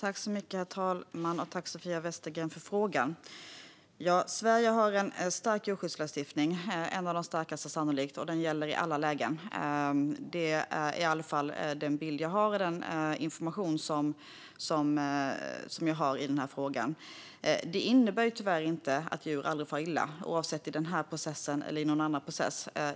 Herr talman! Tack, Sofia Westergren, för frågan! Ja, Sverige har en stark djurskyddslagstiftning, sannolikt en av de starkaste, och den gäller i alla lägen. Det är i alla fall den bild jag har och den information som jag i den här frågan. Det innebär tyvärr inte att djur aldrig far illa, vare sig i den här processen eller någon annan.